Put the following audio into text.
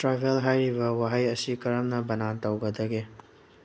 tribal ꯍꯥꯏꯔꯤꯕ ꯋꯥꯍꯩ ꯑꯁꯤ ꯀꯔꯝꯅ ꯕꯅꯥꯟ ꯇꯧꯒꯗꯒꯦ